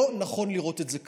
לא נכון לראות את זה כך.